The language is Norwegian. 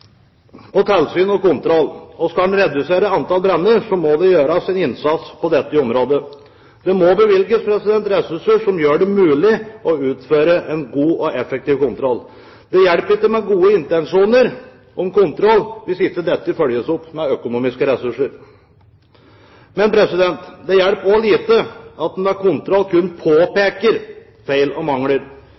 på tilsyn og kontroll. Skal en redusere antall branner, må det gjøres en innsats på dette området. Det må bevilges ressurser som gjør det mulig å utføre en god og effektiv kontroll. Det hjelper ikke med gode intensjoner om kontroll hvis ikke dette følges opp med økonomiske ressurser. Men det hjelper også lite at en ved kontroll kun påpeker feil og mangler.